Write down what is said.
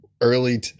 early